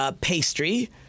pastry